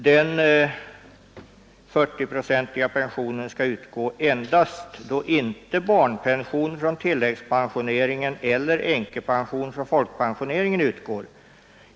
Den 40-procentiga pensionen skall utgå endast då inte barnpension från tilläggspensioneringen eller änkepension från folkpensioneringen utgår.